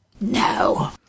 No